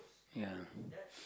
ya